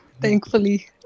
thankfully